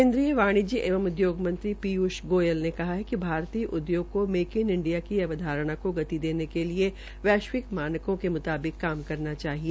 केन्द्रीय वाणिज्य एवं उदयोग मंत्री पीयूष गोयल ने कहा कि कि भारतीय उदयोग को मेंक इन इंडिया की अवधारणा को गति देने के लिए वैश्विक के मुताबिक काम करना चाहिए